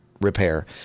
repair